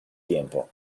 tiempo